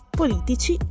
politici